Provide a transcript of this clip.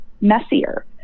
messier